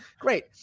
great